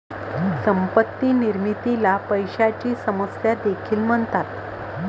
संपत्ती निर्मितीला पैशाची समस्या देखील म्हणतात